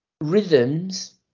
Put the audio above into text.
rhythms